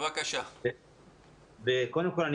קודם כל,